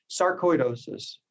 sarcoidosis